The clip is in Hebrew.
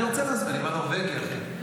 אני בנורבגי, אחי.